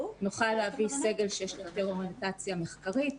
נוכל להביא סגל שיש לו יותר אוריינטציה מחקרית.